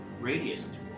radius